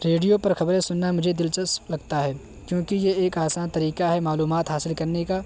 radio پر خبریں سننا مجھے دلچسپ لگتا ہے کیونکہ یہ ایک آسان طریقہ ہے معلومات حاصل کرنے کا